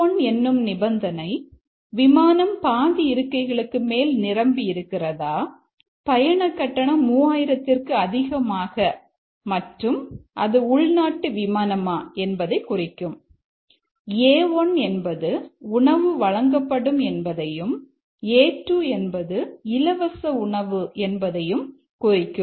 C1 என்னும் நிபந்தனை விமானம் பாதி இருக்கைகளுக்கு மேல் நிரம்பியிருக்கிறதா பயணக்கட்டணம் 3000 ற்கு அதிகமாக மற்றும் அது உள்நாட்டு விமானமா என்பதை குறிக்கும் A1 என்பது உணவு வழங்கப்படும் என்பதையும் A2 என்பது இலவச உணவு என்பதையும் குறிக்கும்